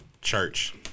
church